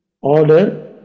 Order